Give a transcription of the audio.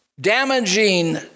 damaging